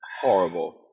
Horrible